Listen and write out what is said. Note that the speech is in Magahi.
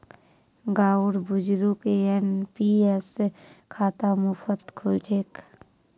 गांउर बुजुर्गक एन.पी.एस खाता मुफ्तत खुल छेक